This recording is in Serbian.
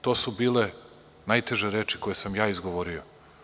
To su bile najteže reči koje sam ja izgovorio.